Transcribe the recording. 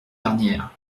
dernière